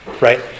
right